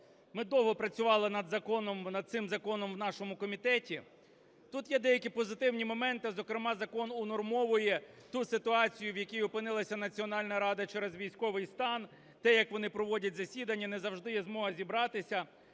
ми довго працювали над законом, над цим законом в нашому комітеті. Тут є деякі позитивні моменти, зокрема закон унормовує ту ситуацію, в якій опинилася Національна рада через військовий стан, те, як вони проводять засідання, не завжди є змога зібратися.